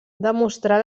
demostrà